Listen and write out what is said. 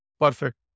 Perfect